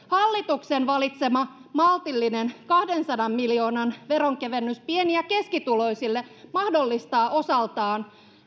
hallituksen valitsema maltillinen kahdensadan miljoonan veronkevennys pieni ja keskituloisille mahdollistaa osaltaan